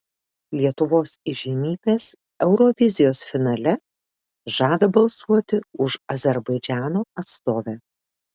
lietuvos įžymybės eurovizijos finale žada balsuoti už azerbaidžano atstovę